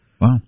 Wow